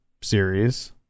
series